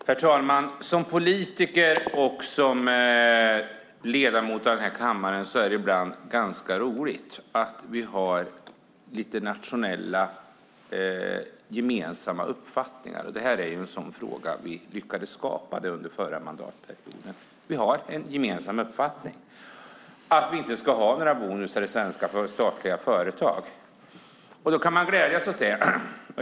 Herr talman! Som politiker och ledamot av kammaren är det ganska roligt att se att vi ibland har nationella gemensamma uppfattningar. Detta är en fråga där vi lyckades skapa det under förra mandatperioden; vi har en gemensam uppfattning om att vi inte ska ha några bonusar i svenska statliga företag. Man kan glädjas åt det.